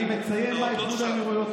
אתה עוד לא שם.